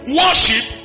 worship